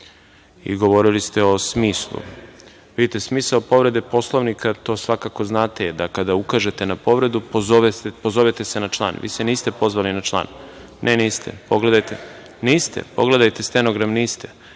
Govorili ste i o smislu. Vidite, smisao povrede Poslovnika, to svakako znate, je da kada ukažete na povredu pozovete se na član. Vi se niste pozvali na član. Ne, niste. Pogledajte. Niste, pogledajte stenogram. Niste,